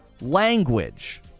language